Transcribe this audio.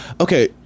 okay